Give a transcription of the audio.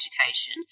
education